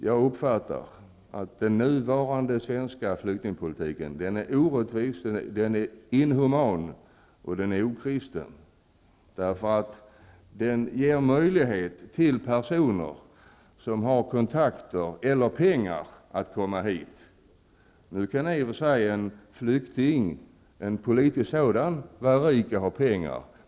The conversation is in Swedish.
Jag uppfattar att den nuvarande svenska flyktingpolitiken är orättvis, inhuman och okristlig, för den ger möjlighet för personer som har kontakter eller pengar att komma hit. Nu kan i och för sig en politisk flykting vara rik och ha pengar.